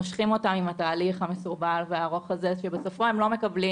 מושכים אותם עם התהליך המסורבל והארוך הזה שבסופו הם לא מקבלים